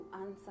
answer